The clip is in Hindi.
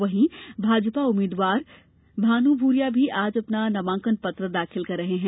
वहीं भाजपा उम्मीदवार भानु भूरिया भी आज अपना नामांकन पत्र दाखिल कर रहे हैं